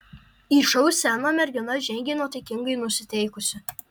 į šou sceną mergina žengė nuotaikingai nusiteikusi